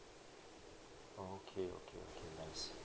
oh okay okay okay nice